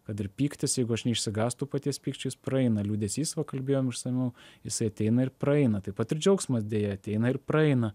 kad ir pyktis jeigu aš neišsigąstu paties pykčio jis praeina liūdesys va kalbėjom išsamiau jisai ateina ir praeina taip pat ir džiaugsmas deja ateina ir praeina